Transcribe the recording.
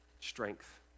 strength